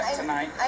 tonight